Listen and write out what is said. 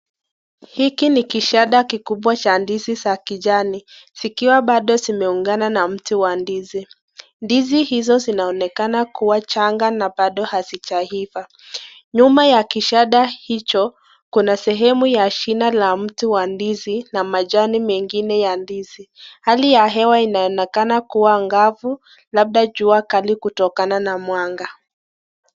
Hiki ni kishada kikubwa cha ndizi za kijani. Zikiwa bado zimeungana na mti wa ndizi. Ndizi hizo zinaonekana kuwa changa na bado hazijaiva. Nyuma ya kishada hicho, kuna sehemu ya shina la mtu wa ndizi na majani mengine ya ndizi, Hali ya hewa inaoenekana kuwa ngavu, labda jua kali kutokana na mwanga.